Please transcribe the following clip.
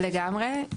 לגמרי,